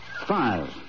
five